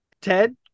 Ted